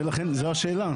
זאת השאלה.